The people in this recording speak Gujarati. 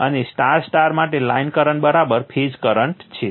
અને Y Y માટે લાઇન કરંટ ફેઝ કરંટ છે